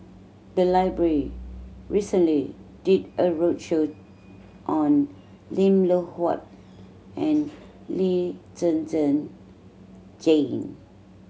the library recently did a roadshow on Lim Loh Huat and Lee Zhen Zhen Jane